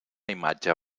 imatge